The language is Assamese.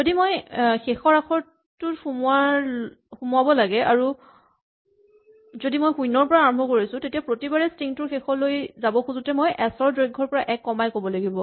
যদি মই শেষৰ আখৰটো সোমোৱাব লাগে আৰু যদি মই শূণ্যৰ পৰা আৰম্ভ কৰিছো তেতিয়া প্ৰতিবাৰে ষ্ট্ৰিং টোৰ শেষলৈ যাব খুজোতে মই এচ ৰ দৈৰ্ঘৰ পৰা এক কমাই ক'ব লাগিব